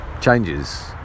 changes